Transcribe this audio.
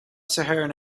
saharan